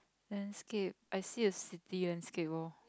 landscape I see a city landscape orh